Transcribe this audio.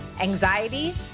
anxiety